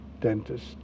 dentist